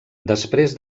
després